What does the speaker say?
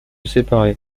séparer